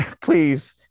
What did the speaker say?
please